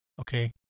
Okay